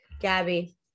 gabby